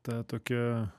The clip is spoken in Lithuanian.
ta tokia